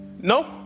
No